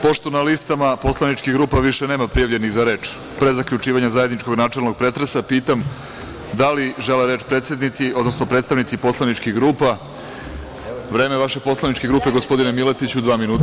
Pošto na listama poslaničkih grupa više nema prijavljenih za reč, pre zaključivanja zajedničkog načelnog pretresa pitam da li žele reč predsednici, odnosno predstavnici poslaničkih grupa? (Milija Miletić: Da.) Vreme vaše poslaničke grupe je, gospodine Miletiću, dva minuta.